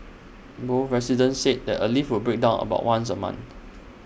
both residents said A lift would break down about once A month